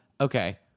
okay